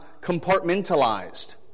compartmentalized